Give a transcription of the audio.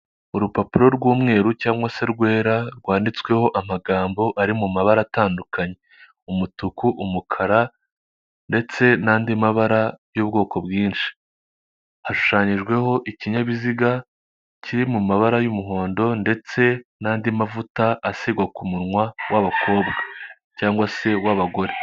Urupapuro rw'umweru cyangwa se rwera rwanditsweho amagambo ari mu mabara atandukanye umutuku, umukara ndetse n'andi mabara y'ubwoko bwinshi hashushanyijweho ikinyabiziga kiri mu mabara y'umuhondo ndetse n'andi mavuta asigwa ku munwa y'abakobwa cyangwa se y'abagore.